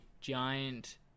giant